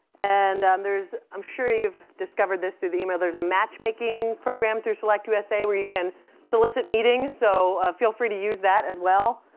and and there's i'm sure you've discovered this through the email there's a matchmaking program through select usa where you can solicit meetings. so feel free to use that as well.